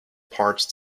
parched